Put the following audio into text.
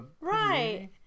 right